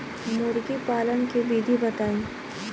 मुर्गी पालन के विधि बताई?